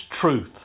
Truth